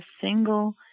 single